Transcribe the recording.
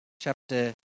chapter